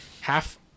half